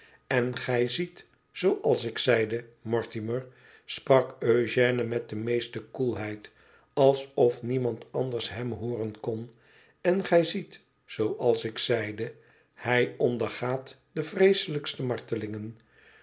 n gij ziet zooals ik zeide mortimer sprak eugène met de meeste koelheid alsof niemand anders hem hooren kon en gij ziet zooals ik zeide hij ondergaat de vreeselijkste martelingen